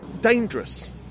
Dangerous